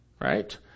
right